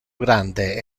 grande